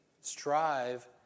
Strive